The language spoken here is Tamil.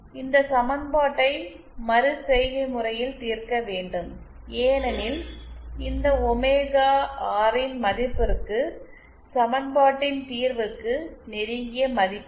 இந்த சமன்பாட்டை மறுசெய்கை முறையில் தீர்க்க வேண்டும் ஏனெனில் இந்த ஒமேகா ஆர்இன் மதிப்பிற்கு சமன்பாட்டின் தீர்வுக்கு நெருங்கிய மதிப்பு இல்லை